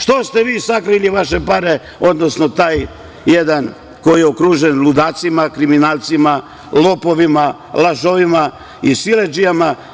Što ste vi sakrili vaše pare, odnosno taj jedan koji je okružen ludacima, kriminalcima, lopovima, lažovima i siledžijama?